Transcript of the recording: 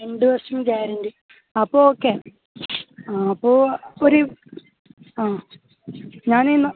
രണ്ട് വർഷം ഗ്യാരൻറ്റി അപ്പോൾ ഓക്കെ ആ അപ്പോൾ ഒരു ആ ഞാനിന്ന്